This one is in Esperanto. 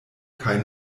kaj